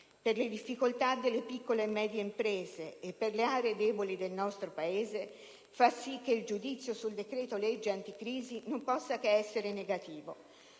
per le difficoltà delle piccole e medie imprese e per le aree deboli del nostro Paese fa sì che il giudizio sul decreto-legge anticrisi non possa che essere negativo.